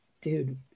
dude